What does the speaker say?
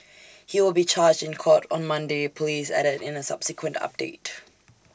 he will be charged in court on Monday Police added in A subsequent update